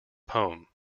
poem